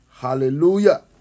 Hallelujah